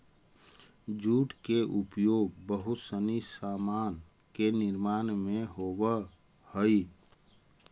jute के उपयोग बहुत सनी सामान के निर्माण में होवऽ हई